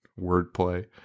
wordplay